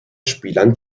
spielern